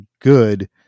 good